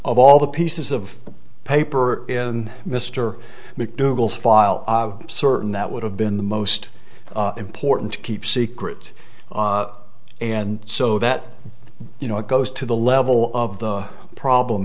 all the pieces of paper in mr mcdougal's file certain that would have been the most important to keep secret and so that you know it goes to the level of the problem